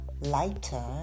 lighter